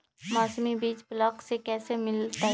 मौसमी बीज ब्लॉक से कैसे मिलताई?